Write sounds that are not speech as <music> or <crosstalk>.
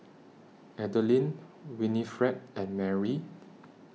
Adelyn Winifred and Marry <noise>